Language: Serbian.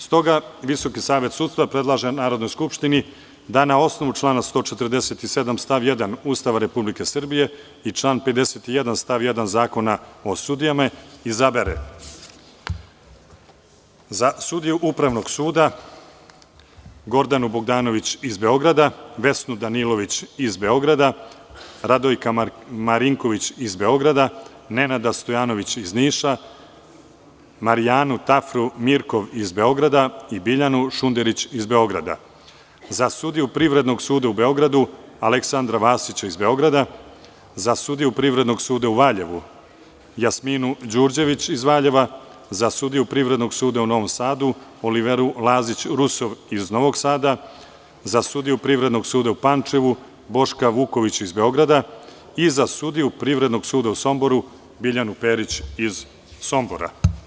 Stoga VSS predlaže Narodnoj skupštini da na osnovu člana 147. stav 1 Ustava Republike Srbije i član 51. stav 1. Zakona o sudijama izabere za sudiju Upravnog suda Gordanu Bogdanović iz Beograda, Vesnu Danilović iz Beograda, Radojka Marinkovića iz Beograda, Nenada Stojanovića iz Niša, Marijanu Tafru Mirkov iz Beograda i Biljanu Šunderić iz Beograda, za sudiju Privrednog suda u Beogradu Aleksandra Vasića iz Beograda, za sudiju Privrednog suda u Valjevu Jasminu Đurđević iz Valjeva, za sudiju Privrednog suda u Novom Sadu Oliveru Lazić Rusov iz Novog Sada, za sudiju Privrednog suda u Pančevu Boška Vukovića iz Beograda i za sudiju Privrednog suda u Somboru Biljanu Perić iz Sombora.